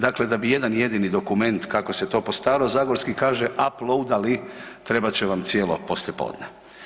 Dakle, da bi jedan jedini dokument kako se to po staro zagorski kaže uploudali trebat će vam cijelo poslijepodne.